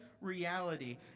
reality